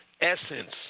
essence